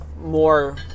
more